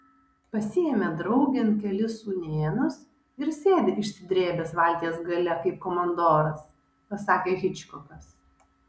pasiėmė draugėn kelis sūnėnus ir sėdi išsidrėbęs valties gale kaip komandoras pasakė hičkokas